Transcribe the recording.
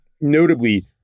notably